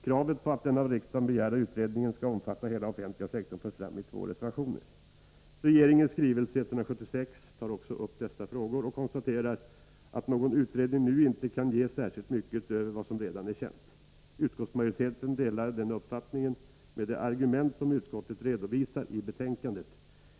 Kravet på att den av riksdagen begärda utredningen skall omfatta hela den offentliga sektorn förs fram i två reservationer. Regeringens skrivelse 176 tar också upp dessa frågor. Där konstateras att någon utredning nu inte kan ge särskilt mycket utöver vad som redan är känt. Utskottsmajoriteten delar denna uppfattning med de argument som utskottet redovisar i betänkandet.